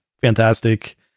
fantastic